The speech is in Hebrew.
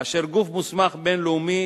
אשר גוף מוסמך בין-לאומי